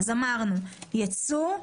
אם כן, אמרנו, ייצוא,